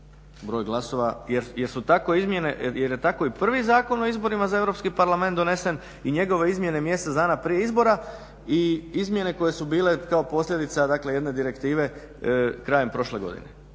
izmjene, jer je tako i prvi Zakon o izborima za Europski parlament donesen i njegove izmjene mjesec dana prije izbora i izmjene koje su bile kao posljedica dakle jedne direktive krajem prošle godine.